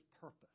purpose